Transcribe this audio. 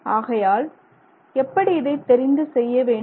ஆகையால் எப்படி இதை தெரிந்து செய்ய வேண்டும்